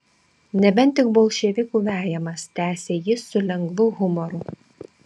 nebent tik bolševikų vejamas tęsė jis su lengvu humoru